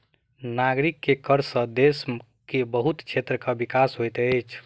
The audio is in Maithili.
नागरिक के कर सॅ देश के बहुत क्षेत्र के विकास होइत अछि